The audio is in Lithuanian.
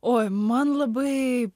oi man labai